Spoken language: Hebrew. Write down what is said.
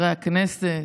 חברי הכנסת,